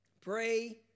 pray